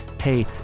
Hey